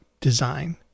design